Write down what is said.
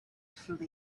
through